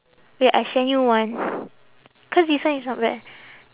wait I send you one cause this one is not bad